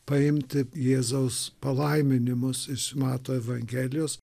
paimti jėzaus palaiminimus iš mato evangelijos